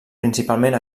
principalment